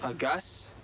ah gus?